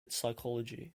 psychology